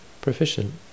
proficient